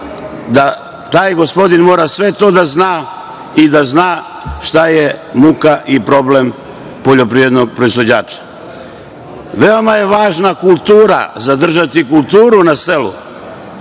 taj gospodin mora sve to da zna i da zna šta je muka i problem poljoprivrednog proizvođača. Veoma je važna kultura, zadržati kulturu na selu.